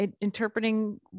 interpreting